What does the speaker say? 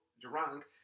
drunk